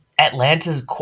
Atlanta's